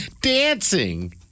dancing